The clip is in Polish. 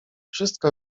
wszystko